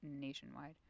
nationwide